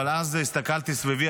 אבל אז הסתכלתי סביבי,